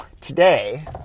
Today